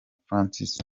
francis